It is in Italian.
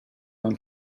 non